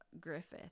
Griffith